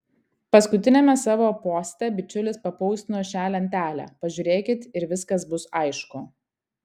paskutiniame savo poste bičiulis papostino šią lentelę pažiūrėkit ir viskas bus aišku